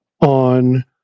on